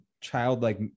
childlike